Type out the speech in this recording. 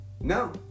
No